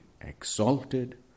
exalted